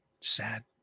Sad